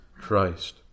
Christ